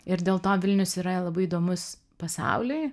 ir dėl to vilnius yra labai įdomus pasauliui